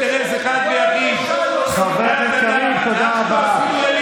אינטרס אחד ויחיד, חבר הכנסת קריב, תודה רבה.